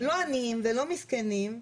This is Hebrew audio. לא עניים ולא מסכנים,